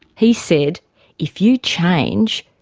he said if you change,